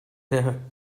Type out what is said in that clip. der